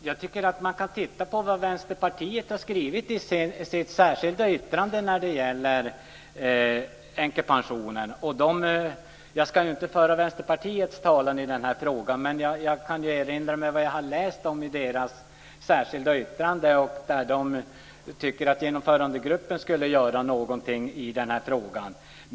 Herr talman! Man kan titta på vad Vänsterpartiet har skrivit i sitt särskilda yttrande om änkepensionen. Jag ska inte föra Vänsterpartiets talan i den här frågan. Men jag kan erinra om vad jag har läst i dess särskilda yttrande. Det tycker att Genomförandegruppen skulle göra någonting i den här frågan.